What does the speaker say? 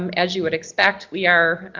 um as you would expect, we are